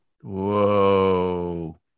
Whoa